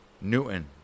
Newton